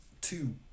Two